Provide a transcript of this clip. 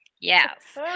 Yes